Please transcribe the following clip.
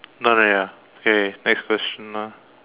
done already ah okay next question lah